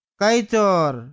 kaitor